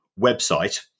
website